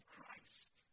Christ